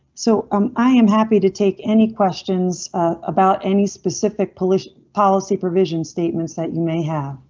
so um i am happy to take any questions about any specific policy policy provision statements that you may have.